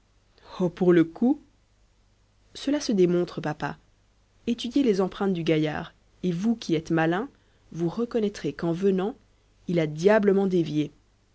pour le coup cela se démontre papa étudiez les empreintes du gaillard et vous qui êtes malin vous reconnaîtrez qu'en venant il a diablement dévié